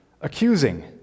accusing